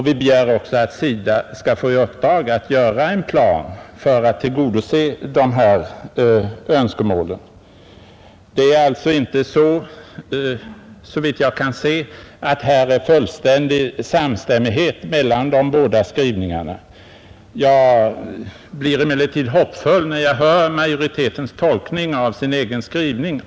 Vi begär också att SIDA skall få i uppdrag att göra en plan för att tillgodose dessa önskemål. Det råder alltså inte, såvitt jag kan se, fullständig samstämmighet mellan de båda skrivningarna. Jag blir emellertid hoppfull när jag hör majoritetens tolkning av sin egen skrivning.